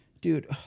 Dude